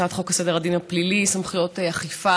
הצעת חוק סדר הדין הפלילי (סמכויות אכיפה,